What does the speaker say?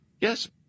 Yes